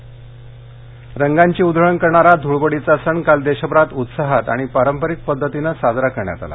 ध्वळवड रंगांची उधळण करणारा धुळवडीचा सण काल देशभरात उत्साहात आणि पारंपरिक पद्धतीनं साजरा करण्यात आला